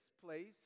place